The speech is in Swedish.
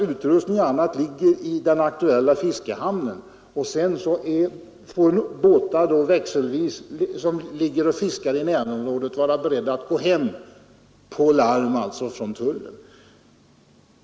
Utrustningen skall ligga i den aktuella fiskehamnen och båtar som ligger och fiskar i närheten får vara beredda att växelvis gå hem efter larm från tullen.